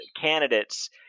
candidates